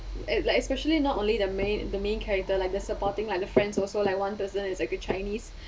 like like especially not only the main the main character like the supporting like the friends also like one person is like a chinese